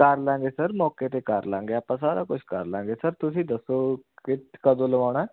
ਕਰਲਾਂਗੇ ਸਰ ਮੌਕੇ 'ਤੇ ਕਰਲਾਂਗੇ ਆਪਾਂ ਸਾਰਾ ਕੁਛ ਕਰਲਾਂਗੇ ਸਰ ਤੁਸੀਂ ਦੱਸੋ ਕਿ ਕਦੋਂ ਲਵਾਉਣਾ